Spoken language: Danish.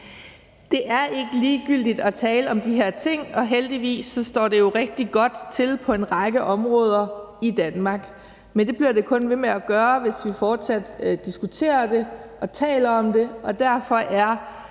Det er ikke ligegyldigt at tale om de her ting, og heldigvis står det jo rigtig godt til på en række områder i Danmark. Men det bliver det kun ved med at gøre, hvis vi fortsat diskuterer det og tale om det. Derfor er